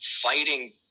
fighting